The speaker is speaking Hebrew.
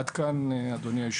עד כאן, אדוני היושב ראש.